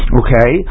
okay